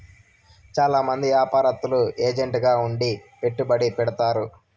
చాలా మంది యాపారత్తులు ఏజెంట్ గా ఉండి పెట్టుబడి పెడతారు